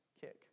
kick